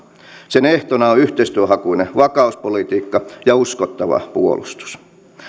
sen ehtona on yhteistyöhakuinen vakauspolitiikka ja uskottava puolustus